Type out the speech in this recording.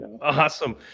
Awesome